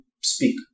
speak